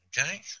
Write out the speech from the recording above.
okay